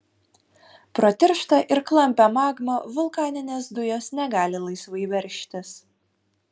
pro tirštą ir klampią magmą vulkaninės dujos negali laisvai veržtis